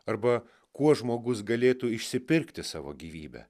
arba kuo žmogus galėtų išsipirkti savo gyvybę